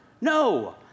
No